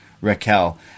Raquel